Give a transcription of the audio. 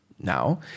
now